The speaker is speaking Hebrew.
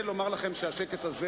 יותר מזה,